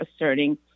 asserting